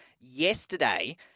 yesterday